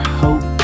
hope